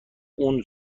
اون